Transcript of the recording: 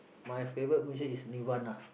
my favourite musician is Nirvana